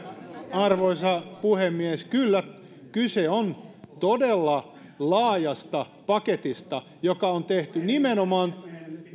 arvoisa puhemies kyllä kyse on todella laajasta paketista joka on tehty nimenomaan